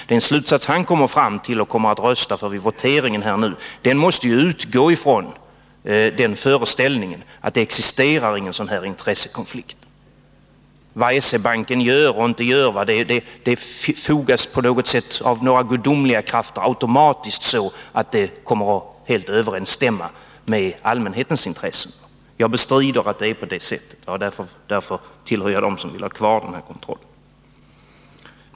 Det förslag som Sven Andersson kommer att rösta på vid voteringen utgår emellertid ifrån den föreställningen att det inte existerar någon sådan här intressekonflikt. Vad SE-banken gör och inte gör fogas av några gudomliga krafter automatiskt till något som kommer att helt överensstämma med allmänhetens intressen. Jag bestrider att det är på det sättet. Därför tillhör jag dem som vill ha kvar etableringskontrollen.